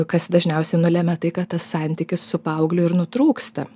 kas dažniausiai nulemia tai kad tas santykis su paaugliu ir nutrūksta